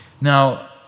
Now